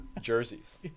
Jerseys